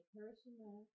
personal